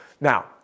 Now